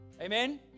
Amen